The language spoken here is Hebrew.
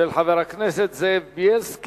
של חבר הכנסת זאב בילסקי.